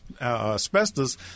asbestos